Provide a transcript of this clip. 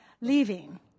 leaving